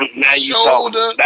shoulder